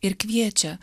ir kviečia